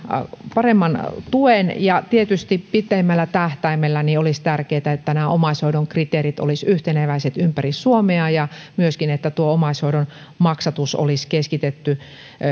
paremman tuen ja tietysti pitemmällä tähtäimellä olisi tärkeätä että nämä omaishoidon kriteerit olisivat yhteneväiset ympäri suomea ja myöskin että omaishoidon maksatus olisi keskitetty